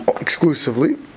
exclusively